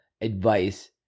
advice